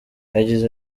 yagize